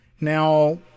Now